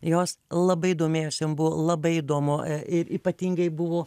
jos labai domėjosi jom buvo labai įdomu ir ypatingai buvo